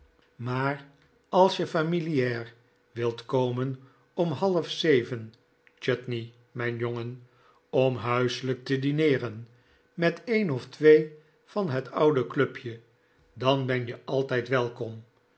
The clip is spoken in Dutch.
maar als je familiaar wilt komen om half zeven chutney mijn jongen om huiselijk te dineeren met een of twee van het oude clubje dan ben je altijd welkom